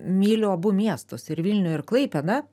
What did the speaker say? myliu abu miestus ir vilnių ir klaipėdą